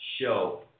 show